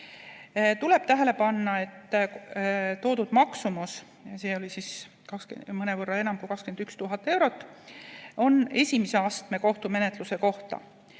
Tuleb tähele panna, et nimetatud maksumus – see oli mõnevõrra enam kui 21 000 eurot – käib esimese astme kohtu menetluse kohta.